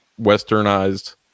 westernized